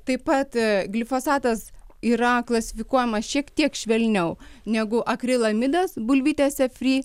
taip pat glifosatas yra klasifikuojamas šiek tiek švelniau negu akrilamidas bulvytėse fri